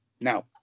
Now